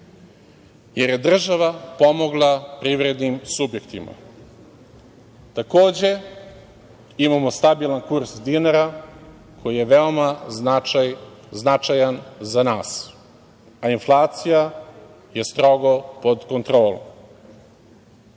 jer je država pomogla privrednim subjektima. Takođe, imamo stabilan kurs dinara, koji je veoma značajan za nas, a inflacija je strogo pod kontrolom. Gospodine